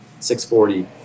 640